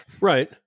right